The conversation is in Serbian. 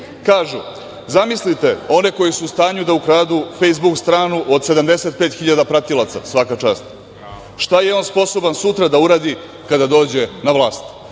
kažu: „Zamislite one koje su u stanju da ukradu „Fejsbuk“ stranu od 75.000 pratilaca, svaka čast, šta je on sposoban sutra da uradi kada dođe na vlast?